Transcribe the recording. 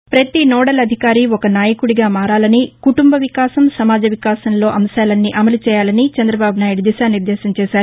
ను ప్రపతి నోడల్ అధికారి ఒక నాయకుడిగా మారాలని కుటుంబ వికాసం సమాజ వికాసంలో అంశాలన్నీ అమలు చేయాలని చందబాబు నాయుడు దిశానిర్దేశం చేశారు